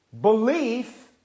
Belief